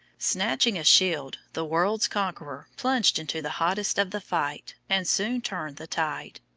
snatching a shield, the world's conqueror plunged into the hottest of the fight and soon turned the tide.